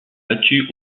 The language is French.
battue